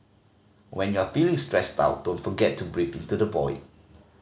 when you are feeling stressed out don't forget to breathe into the void